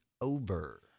over